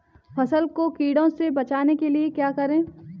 फसल को कीड़ों से बचाने के लिए क्या करें?